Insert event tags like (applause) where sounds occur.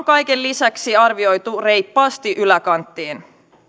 (unintelligible) kaiken lisäksi arvioitu reippaasti yläkanttiin